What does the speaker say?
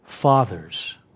Fathers